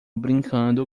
brincando